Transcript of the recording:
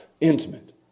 intimate